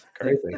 Crazy